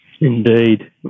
Indeed